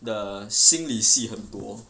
the 心理戏很多